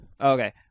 Okay